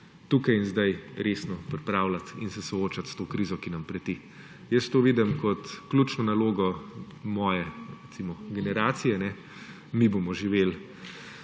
tukaj in zdaj resno pripravljati in se soočati s to krizo, ki nam preti. Jaz to vidim kot ključno nalogo moje, recimo, generacije. Mi bomo živeli